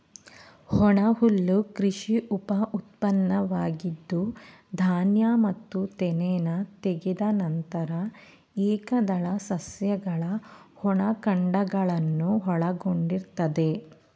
ಒಣಹುಲ್ಲು ಕೃಷಿ ಉಪಉತ್ಪನ್ನವಾಗಿದ್ದು ಧಾನ್ಯ ಮತ್ತು ತೆನೆನ ತೆಗೆದ ನಂತರ ಏಕದಳ ಸಸ್ಯಗಳ ಒಣ ಕಾಂಡಗಳನ್ನು ಒಳಗೊಂಡಿರ್ತದೆ